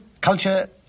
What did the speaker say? culture